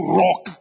rock